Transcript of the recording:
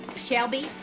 shelby,